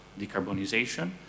decarbonization